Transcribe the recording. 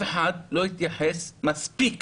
לא התייחס מספיק